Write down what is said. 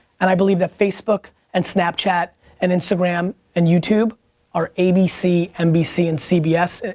and i believe that facebook and snapchat and instagram and youtube are abc, nbc, and cbs,